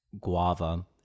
guava